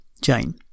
Jane